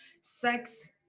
sex